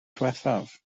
diwethaf